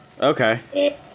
Okay